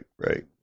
right